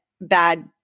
bad